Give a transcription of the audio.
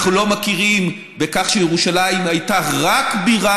אנחנו לא מכירים בכך שירושלים הייתה רק בירה